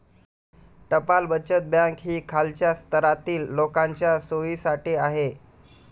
टपाल बचत बँक ही खालच्या स्तरातील लोकांच्या सोयीसाठी आहे